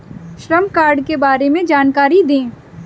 श्रम कार्ड के बारे में जानकारी दें?